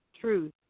truth